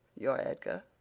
your edgar?